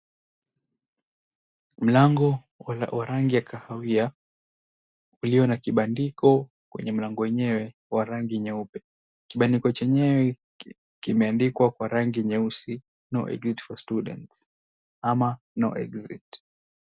Mlango wa rangi ya kahawia ulio na kibandiko kwenye mlango wenyewe wa rangi nyeupe. Kibandiko chenyewe kimeandikwa kwa rangi nyeusi no exit for students ama no exit .